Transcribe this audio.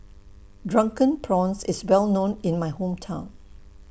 Drunken Prawns IS Well known in My Hometown